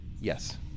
Yes